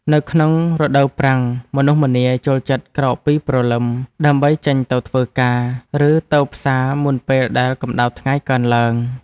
នៅក្នុងរដូវប្រាំងមនុស្សម្នាចូលចិត្តក្រោកពីព្រលឹមដើម្បីចេញទៅធ្វើការ ឬទៅផ្សារមុនពេលដែលកម្តៅថ្ងៃកើនឡើង។